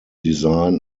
design